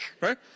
right